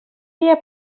dia